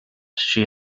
she